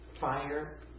fire